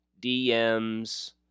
DMs